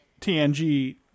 TNG